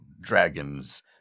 dragons